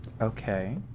Okay